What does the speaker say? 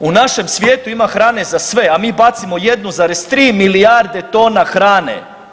U našem svijetu ima hrane za sve, a mi bacimo 1,3 milijarde tona hrane.